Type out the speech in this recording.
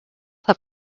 have